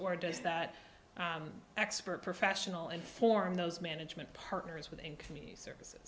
or does that expert professional inform those management partners with and community service